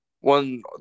One